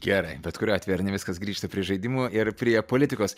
gerai bet kuriuo atveju ar ne viskas grįžta prie žaidimų ir prie politikos